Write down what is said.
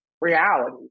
reality